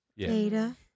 Data